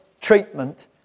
Treatment